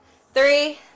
three